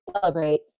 celebrate